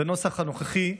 בנוסח הנוכחי,